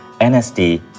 NSD